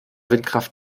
windkraft